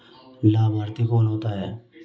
लाभार्थी कौन होता है?